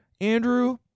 Andrew